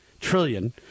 trillion